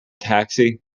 taxi